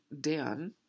Dan